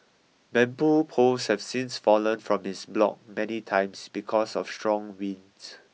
bamboo poles have since fallen from his block many times because of strong winds